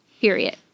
Period